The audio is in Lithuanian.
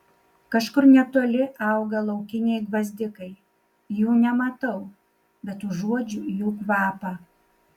kažkur netoli auga laukiniai gvazdikai jų nematau bet užuodžiu jų kvapą